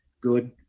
good